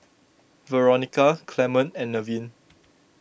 Veronica Clemon and Nevin